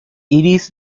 iris